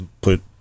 put